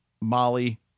Molly